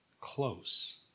close